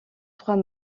trois